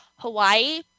Hawaii